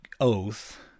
oath